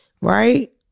right